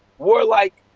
warlike